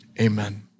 amen